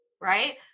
right